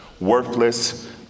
Worthless